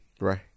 Right